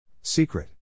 Secret